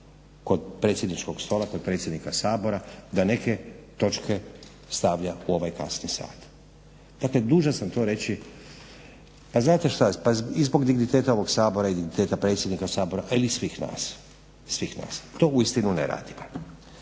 kod predsjedničkog stola, kod predsjednika Sabora da neke točke stavlja u ovaj kasni sat. Dakle, dužan sam to reći. Pa znate što i zbog digniteta ovog Sabora i digniteta predsjednika Sabora, ali i svih nas. To uistinu ne radimo.